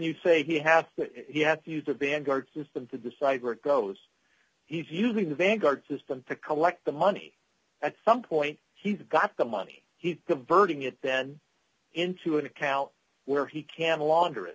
you say he had that he had to use the vanguard system to decide where it goes he's using the vanguard system to collect the money at some point he's got the money he diverting it then into an account where he can launder it